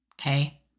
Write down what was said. Okay